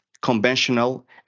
conventional